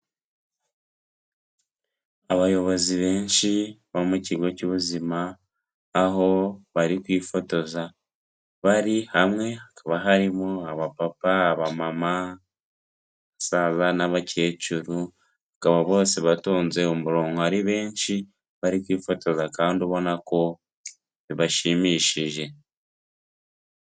Abayobozi benshi bo mu kigo cy'ubuzima aho bari kwifotoza bari hamwe hakaba harimo abapapa, abamama, abasaza n'abakecuru bakaba bose batonze umurongo ari benshi bari kwifotoza kandi ubona ko bibashimishije.